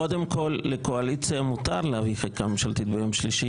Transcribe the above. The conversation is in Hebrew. קודם כול לקואליציה מותר להביא חקיקה ממשלתית ביום שלישי.